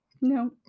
no